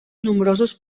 nombrosos